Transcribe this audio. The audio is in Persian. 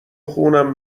خونم